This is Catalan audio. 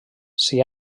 s’hi